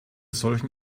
solchen